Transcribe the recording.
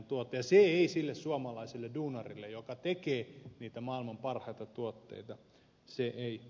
se ei sille suomalaiselle duunarille joka tekee niitä maailman parhaita tuotteita ole hyvä